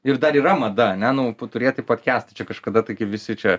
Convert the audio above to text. ir dar yra mada ane nu turėti podkestą čia kažkada taigi visi čia